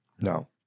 No